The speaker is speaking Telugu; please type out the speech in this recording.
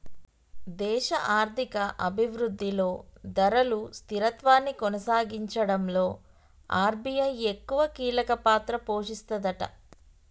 దేశ ఆర్థిక అభివృద్ధిలో ధరలు స్థిరత్వాన్ని కొనసాగించడంలో ఆర్.బి.ఐ ఎక్కువ కీలక పాత్ర పోషిస్తదట